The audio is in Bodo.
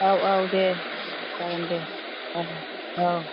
औ औ दे जागोन दे औ औ